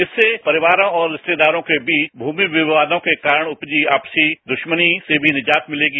इससे परिवारों और रिस्तेदारों के बीच भूमि विवादों के कारण उपजी आपसी दुस्मनी से भी निजात मिलेगी